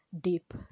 deep